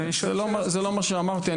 זה לא מה שאמרתי.